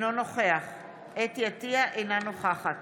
אינו נוכח חוה אתי עטייה, אינה נוכחת